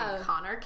Connor